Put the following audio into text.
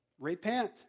repent